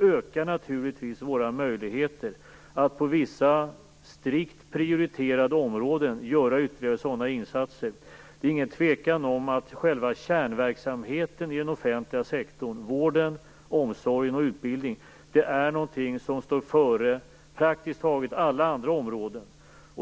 ökar naturligtvis våra möjligheter att på vissa strikt prioriterade områden göra ytterligare sådana insatser. Det råder inget tvivel om att själva kärnverksamheten i den offentliga sektorn - vården, omsorgen och utbildningen - är någonting som står före praktiskt taget alla andra områden.